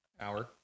Hour